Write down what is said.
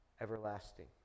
everlasting